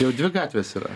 jau dvi gatvės yra